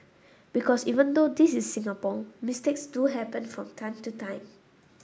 because even though this is Singapore mistakes do happen from time to time